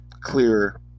clear